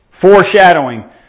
foreshadowing